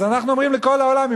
אז אנחנו אומרים לכל העולם,